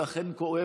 זה אכן קורה,